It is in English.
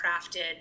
crafted